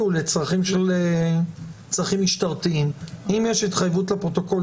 לבקשת נפגע העבירה,